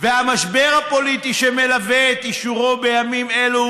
המשבר הפוליטי שמלווה את אישורו בימים אלו